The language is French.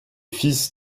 fils